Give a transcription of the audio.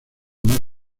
más